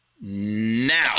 now